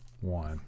one